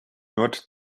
nord